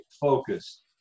focused